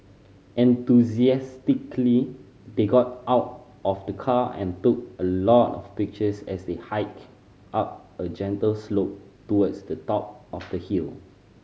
enthusiastically they got out of the car and took a lot of pictures as they hiked up a gentle slope towards the top of the hill